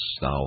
thou